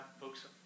folks